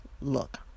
Look